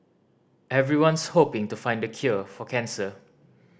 everyone's hoping to find the cure for cancer